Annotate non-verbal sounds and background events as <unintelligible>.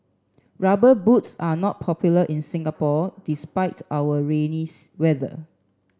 rubber boots are not popular in Singapore despite our rainy <unintelligible> weather